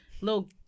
little